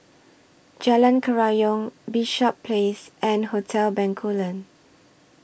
Jalan Kerayong Bishops Place and Hotel Bencoolen